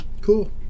Cool